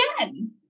again